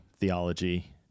theology